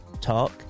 Talk